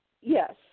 Yes